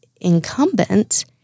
incumbent